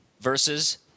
versus